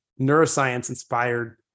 neuroscience-inspired